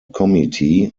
committee